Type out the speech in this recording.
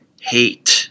hate